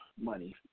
money